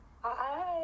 Hi